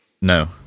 No